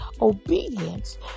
obedience